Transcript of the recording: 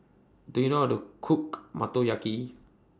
Do YOU know How to Cook Motoyaki